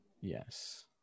Yes